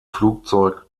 flugzeug